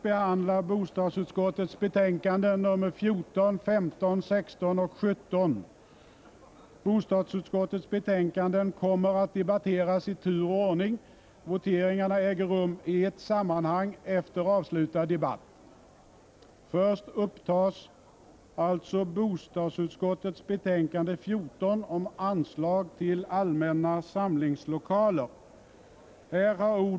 Bostadsutskottets betänkanden 14, 15, 16 och 17 kommer att debatteras i tur och ordning. Voteringarna äger rum i ett sammanhang efter avslutad debatt. Först upptas alltså bostadsutskottets betänkande 14 om anslag till allmänna samlingslokaler.